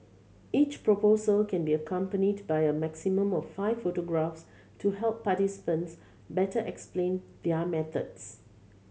each proposal can be accompanied by a maximum of five photographs to help participants better explain their methods